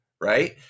Right